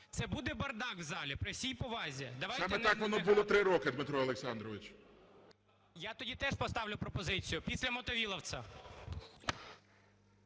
Це буде бардак в залі, при всій повазі... ГОЛОВУЮЧИЙ. Саме так воно було 3 роки, Дмитро Олександрович. Я тоді теж поставлю пропозицію після Мотовиловця.